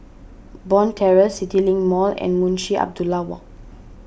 Bond Terrace CityLink Mall and Munshi Abdullah Walk